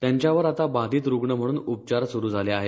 त्यांच्यावर आता बाधित रूग्ण म्हणून उपचार सूरू झाले आहेत